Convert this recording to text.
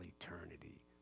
eternity